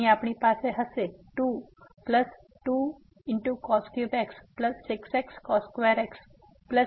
તો અહીં આપણી પાસે હશે 22x 6xx 6xx 6x2cos x cos x X વગર 2